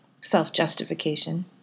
self-justification